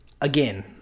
Again